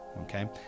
okay